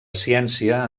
ciència